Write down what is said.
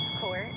court